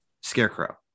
scarecrow